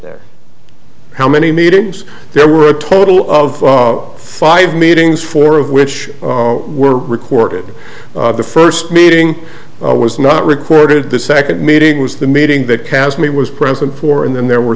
there how many meetings there were a total of five meetings four of which were recorded the first meeting was not recorded the second meeting was the meeting the cast me was present for and then there were